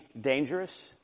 dangerous